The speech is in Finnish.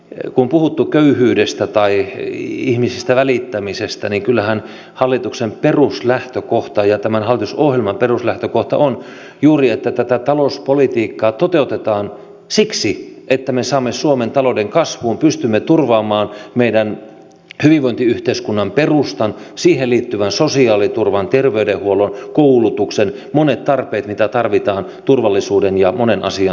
kun on puhuttu köyhyydestä tai ihmisistä välittämisestä niin kyllähän hallituksen ja tämän hallitusohjelman peruslähtökohta on juuri että tätä talouspolitiikkaa toteutetaan siksi että me saamme suomen talouden kasvuun ja pystymme turvaamaan meidän hyvinvointiyhteiskuntamme perustan siihen liittyvän sosiaaliturvan terveydenhuollon koulutuksen ja monet tarpeet mitä tarvitaan turvallisuuden ja monen asian suhteen